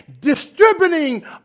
Distributing